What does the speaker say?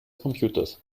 computers